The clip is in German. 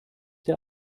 der